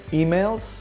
emails